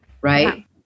right